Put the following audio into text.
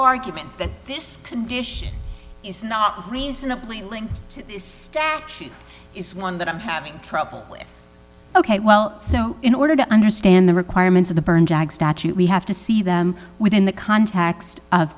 argument that this condition is not reasonably linked to this statute is one that i'm having trouble with ok well so in order to understand the requirements of the burn jag statute we have to see them within the context of